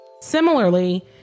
Similarly